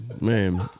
Man